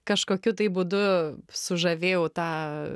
kažkokiu tai būdu sužavėjau tą